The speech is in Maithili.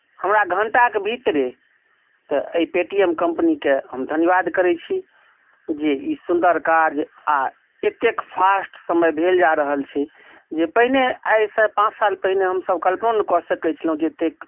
हमरा घंटाके भीतरे तऽ अहि पे टी एम कंपनी केँ हम धन्यवाद करै छी जे ई सुन्दर कार्य आ एतेक फ़ास्ट समय भेल जा रहल छै जे पहिने आइ से पांच साल पहिने हमसब कल्पनो नहि कऽ सकै छलहुॅं जे एतेक